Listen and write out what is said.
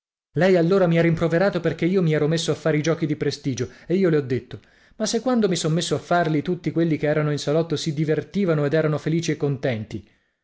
lei allora mi ha rimproverato perché io mi ero messo a fare i giochi di prestigio e io le ho detto ma se quando mi son messo a farli tutti quelli che erano in salotto si divenivano ed erano felici e contenti